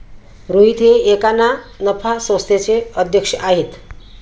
रोहित हे एका ना नफा संस्थेचे अध्यक्ष आहेत